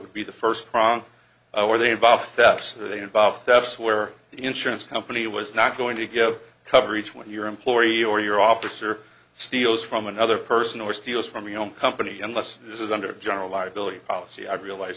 would be the first prong where they involve thefts that involve thefts where insurance company was not going to give coverage when your employee or your office or steals from another person or steals from your own company unless this is under general liability policy i realize